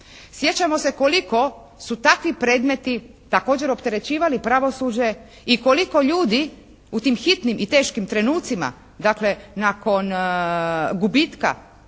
Sjećamo se koliko su takvi predmeti također opterećivali pravosuđe i koliko ljudi u tim hitnim i teškim trenucima, dakle nakon gubitka